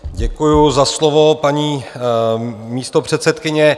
Děkuji za slovo, paní místopředsedkyně.